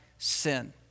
sin